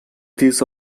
these